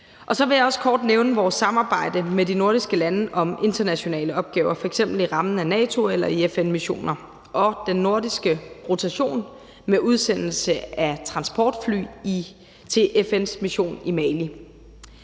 jeg også kort nævne vores samarbejde med de nordiske lande om internationale opgaver, f.eks. i rammen af NATO eller i FN-missioner, og den nordiske rotation med udsendelse af transportfly til FN's mission i Mali.